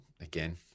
Again